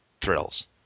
thrills